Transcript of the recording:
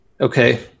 Okay